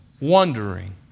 wondering